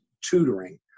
tutoring